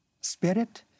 spirit